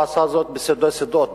הוא עשה זאת בסודי סודות,